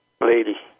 lady